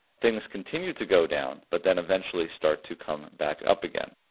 things continue to go down, but then eventually start to come back up again.